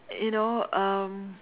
you know um